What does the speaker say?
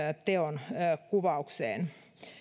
teonkuvaukseen